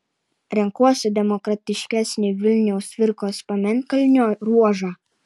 renkuosi demokratiškesnį vilniaus cvirkos pamėnkalnio ruožą